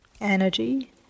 energy